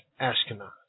Ashkenaz